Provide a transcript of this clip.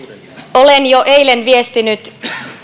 olen jo eilen viestinyt